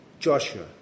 Joshua